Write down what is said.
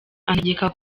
antegeka